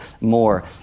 more